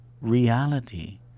reality